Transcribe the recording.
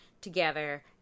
together